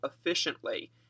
efficiently